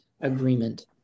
agreement